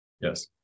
Yes